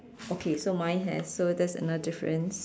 okay so mine have so that's another difference